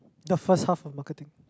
the first half of marketing